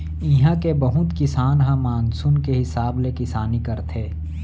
इहां के बहुत किसान ह मानसून के हिसाब ले किसानी करथे